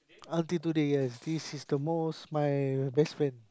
until today yes this is the most my best friend